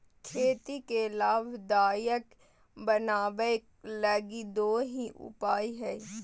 खेती के लाभदायक बनाबैय लगी दो ही उपाय हइ